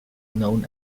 known